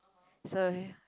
so